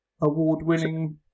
award-winning